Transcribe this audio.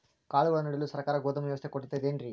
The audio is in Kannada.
ಕಾಳುಗಳನ್ನುಇಡಲು ಸರಕಾರ ಗೋದಾಮು ವ್ಯವಸ್ಥೆ ಕೊಡತೈತೇನ್ರಿ?